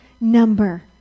number